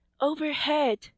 Overhead